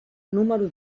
número